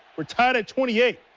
we're tied at twenty eight.